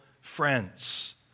friends